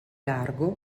largo